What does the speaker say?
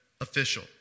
official